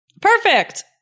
Perfect